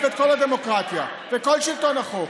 את כל הדמוקרטיה ואת כל השלטון החוק.